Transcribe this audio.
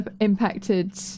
impacted